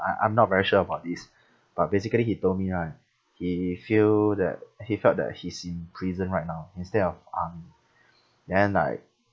I I'm not very sure about this but basically he told me right he feel that he felt that he's in prison right now instead of army then like